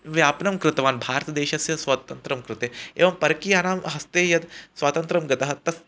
व्यापनं कृतवान् भारतदेशस्य स्वातन्त्र्यं कृते एवं परकीयानां हस्ते यद् स्वातन्त्र्यं गतं तस्य